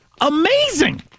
amazing